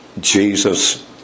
Jesus